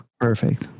Perfect